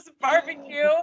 barbecue